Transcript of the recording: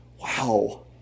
Wow